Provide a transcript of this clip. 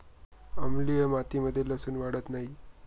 आम्लीय मातीमध्ये लसुन वाढत नाही